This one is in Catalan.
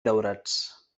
daurats